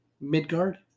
Midgard